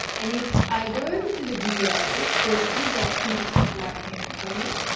and if i go over to the video, there's three dots in the top right-hand corner.